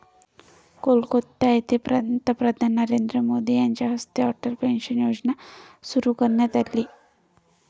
कोलकाता येथे पंतप्रधान नरेंद्र मोदी यांच्या हस्ते अटल पेन्शन योजना सुरू करण्यात आली